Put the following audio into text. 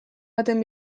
baten